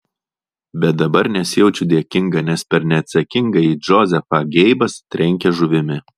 bet dabar nesijaučiu dėkinga nes per neatsakingąjį džozefą geibas trenkia žuvimi